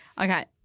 Okay